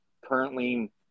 currently